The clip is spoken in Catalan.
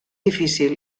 difícil